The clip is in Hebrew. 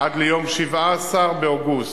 עד ליום 17 באוגוסט,